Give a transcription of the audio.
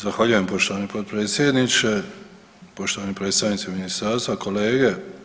Zahvaljujem poštovani potpredsjedniče, poštovani predstavnici ministarstva, kolege.